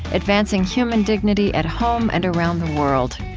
advancing human dignity at home and around the world.